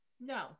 no